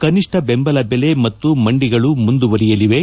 ಕನಿಷ್ನ ದೆಂಬಲ ದೆಲೆ ಮತ್ತು ಮಂಡಿಗಳು ಮುಂದುವರಿಯಲಿವೆ